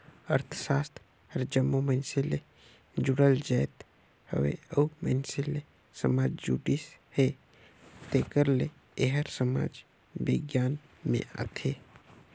अर्थसास्त्र हर जम्मो मइनसे ले जुड़ल जाएत हवे अउ मइनसे ले समाज जुड़िस हे तेकर ले एहर समाज बिग्यान में आथे